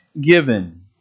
given